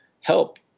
help